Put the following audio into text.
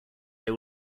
they